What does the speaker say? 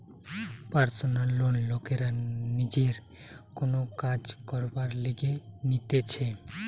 personal loan লোকরা নিজের কোন কাজ করবার লিগে নিতেছে